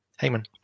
Heyman